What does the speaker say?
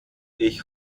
ich